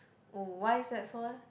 oh why is that so leh